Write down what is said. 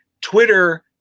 Twitter